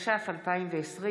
התש"ף 2020,